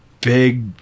big